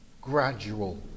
gradual